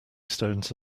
stones